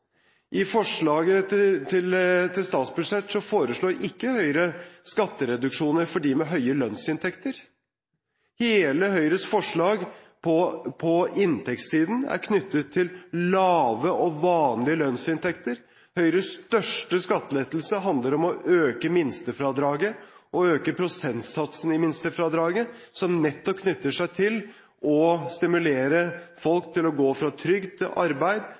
I forslaget til statsbudsjett foreslår ikke Høyre skattereduksjoner for dem med høye lønnsinntekter. Hele Høyres forslag på inntektssiden er knyttet til lave og vanlige lønnsinntekter. Høyres største skattelettelse handler om å øke minstefradraget og øke prosentsatsen i minstefradraget, som nettopp knytter seg til å stimulere folk til å gå fra trygd til arbeid,